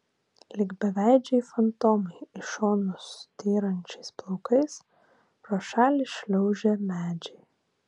lyg beveidžiai fantomai į šonus styrančiais plaukais pro šalį šliaužė medžiai